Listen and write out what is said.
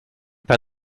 pas